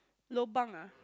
lobang ah